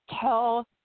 tell